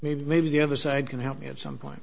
maybe maybe the other side can help me at some point